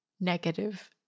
negative